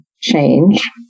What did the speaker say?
change